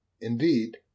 indeed